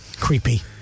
creepy